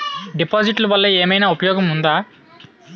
డిపాజిట్లు వల్ల ఏమైనా ఉపయోగం ఉందా?